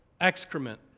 excrement